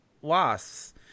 wasps